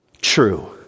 true